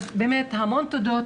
אז באמת המון תודות